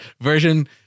version